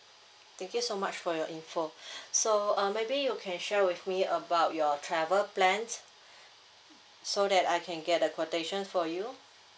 thank you so much for your info so uh maybe you can share with me about your travel plan so that I can get the quotations for you